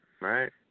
Right